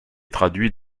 traduite